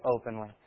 openly